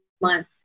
month